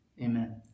Amen